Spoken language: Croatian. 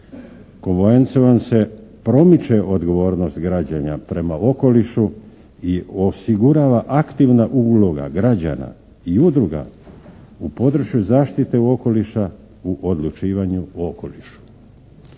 Konvencijom se promiče odgovornost građana prema okolišu i osigurava aktivna uloga građana i udruga u području zaštite okoliša u odlučivanju o okolišu.